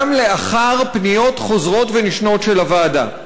גם לאחר פניות חוזרות ונשנות של הוועדה.